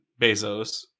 bezos